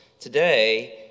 today